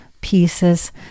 pieces